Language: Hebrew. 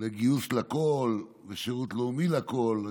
לגיוס לכול ושירות לאומי לכול,